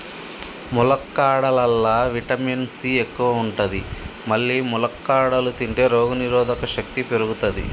ములక్కాడలల్లా vitamin C ఎక్కువ ఉంటది మల్లి ములక్కాడలు తింటే రోగనిరోధక శక్తి పెరుగుతది